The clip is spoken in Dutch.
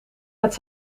met